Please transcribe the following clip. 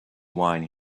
wine